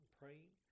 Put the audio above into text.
praying